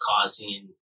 causing